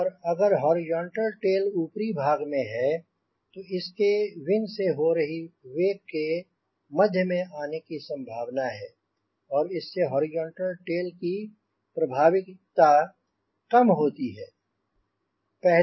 और अगर horizontal tail ऊपरी भाग में है तो इसके विंग से हो रही वेक के मध्य में आने की संभावना है और इससे हॉरिजॉन्टल टेल की प्रभाविता कम होती है